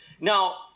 now